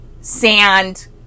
sand